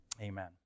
Amen